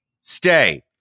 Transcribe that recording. Stay